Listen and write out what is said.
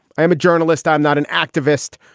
i am a journalist. i'm not an activist,